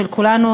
של כולנו,